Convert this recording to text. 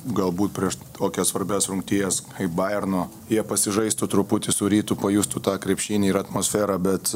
galbūt prieš tokias svarbias rungtynes kaip bajerno jie pasižaistų truputį su rytu pajustų tą krepšinį ir atmosferą bet